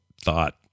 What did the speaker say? thought